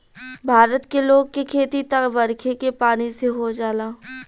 भारत के लोग के खेती त बरखे के पानी से हो जाला